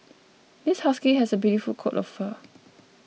this husky has a beautiful coat of fur